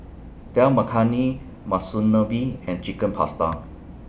Dal Makhani Monsunabe and Chicken Pasta